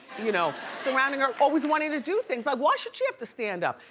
you know, surrounding her, always wanting to do things. like, why should she have to stand up?